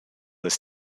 this